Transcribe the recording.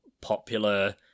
popular